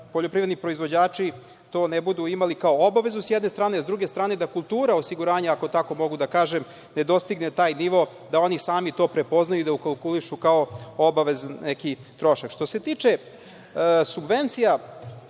poljoprivredni proizvođači to ne budu imali kao obavezu, s jedne strane. S druge strane da kultura osiguranja, ako tako mogu da kažem, ne dostigne taj nivo da oni sami to prepoznaju i da ukalkulišu kao obavezan neki trošak. Što se tiče subvencija,